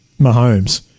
Mahomes